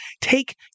take